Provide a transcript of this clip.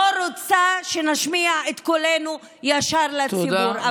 היא לא רוצה שנשמיע את קולנו ישר לציבור.